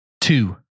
Two